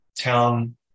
town